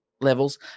levels